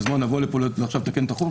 אז נבוא לפה לתקן את החוק?